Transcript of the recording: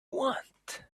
want